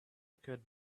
occurred